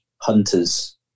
Hunter's